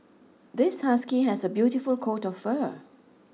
this husky has a beautiful coat of fur